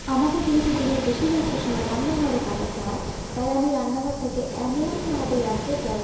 আমাকে যেহেতু দিনের বেশিরভাগটা সময় রান্নাঘরে কাটাতে হয় তাই আমি রান্নাঘরটাকে এমনভাবে রাখতে চাই